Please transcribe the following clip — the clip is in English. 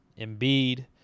Embiid